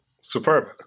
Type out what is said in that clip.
Superb